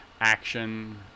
action